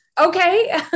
Okay